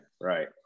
right